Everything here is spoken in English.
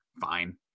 fine